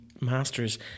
Masters